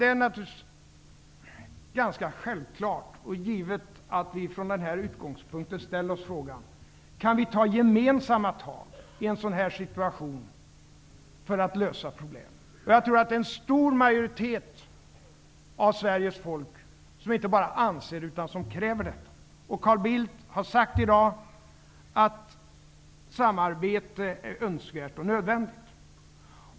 Det är självklart och givet att vi från den här utgångspunkten ställer oss frågan: Kan vi ta gemensamma tag i en sådan här situation för att lösa problemen? Jag tror att det är en stor majoritet av Sveriges folk som inte bara anser detta, utan som kräver detta. Carl Bildt har sagt i dag att samarbete är önskvärt och nödvändigt.